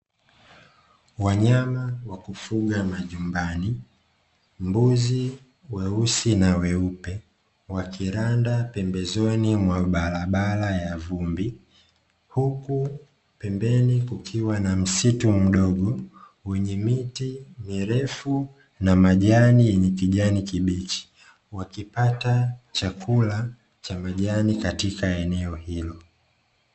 Wanyama wa kufuga majumbani mbuzi weusi na weupe, wakiranda pembezoni mwa barabara ya vumbi huku pembeni kukiwa na msitu mdogo wenye miti mirefu na majani yenye kijani kibichi, wakipata chakula cha majani katika eneo hilo.